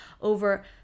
over